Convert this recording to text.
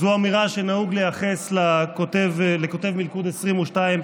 זו אמירה שנהוג לייחס לכותב מלכוד 22,